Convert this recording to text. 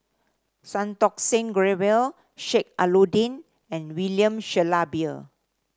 Santokh Singh Grewal Sheik Alau'ddin and William Shellabear